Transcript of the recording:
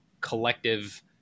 collective